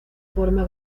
forma